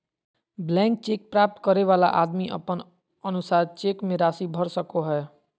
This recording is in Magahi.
ब्लैंक चेक प्राप्त करे वाला आदमी अपन अनुसार चेक मे राशि भर सको हय